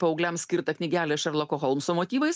paaugliams skirtą knygelę šerloko holmso motyvais